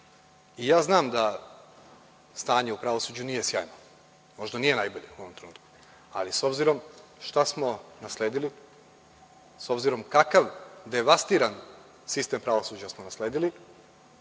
da stanje u pravosuđu nije sjajno, možda nije najbolje u ovom trenutku, ali s obzirom šta smo nasledili, s obzirom kakav devastiran sistem pravosuđa smo nasledili,